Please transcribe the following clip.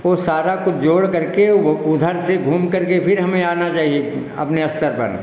ओ सारा कुछ जोड़ करके वो उधर से घूम करके फिर हमें आना चाहिए अपने स्तर पर